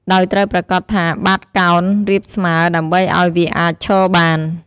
ដោយត្រូវប្រាកដថាបាតកោណរាបស្មើ ដើម្បីឱ្យវាអាចឈរបាន។